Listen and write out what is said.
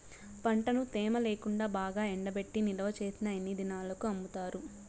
పంటను తేమ లేకుండా బాగా ఎండబెట్టి నిల్వచేసిన ఎన్ని దినాలకు అమ్ముతారు?